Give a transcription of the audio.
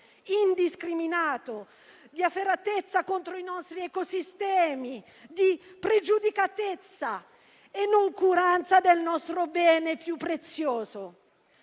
indiscriminato, efferatezza contro i nostri ecosistemi, spregiudicatezza e noncuranza del nostro bene più prezioso.